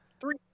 Three